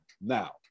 Now